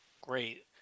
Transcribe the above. Great